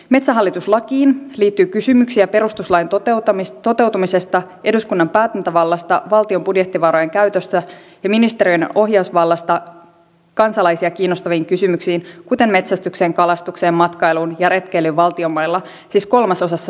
metsähallitus lakiin liittyy kysymyksiä perustuslain toteutumisesta eduskunnan päätäntävallasta valtion budjettivarojen käytössä ja ministeriöiden ohjausvallasta kansalaisia kiinnostaviin kysymyksiin kuten metsästykseen kalastukseen matkailuun ja retkeilyyn valtionmailla siis kolmasosassa suomesta